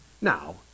Now